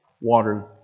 water